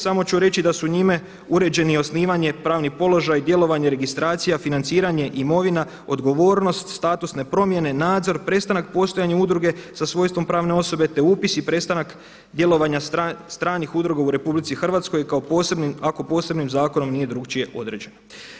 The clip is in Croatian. Samo ću reći da su njime uređeni osnivanje, pravni položaj, djelovanje, registracija, financiranje, imovina, odgovornost, statusne promjene, nadzor, prestanak postojanja udruge sa svojstvom pravne osobe, te upis i prestanak djelovanja stranih udruga u RH ako posebnim zakonom nije drukčije određeno.